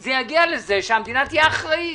זה יגיע לזה שהמדינה תהיה אחראית